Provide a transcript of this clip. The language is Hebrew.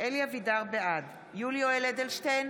בעד יולי יואל אדלשטיין,